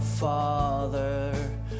father